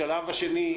בשלב השני,